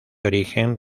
origen